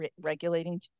regulating